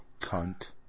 cunt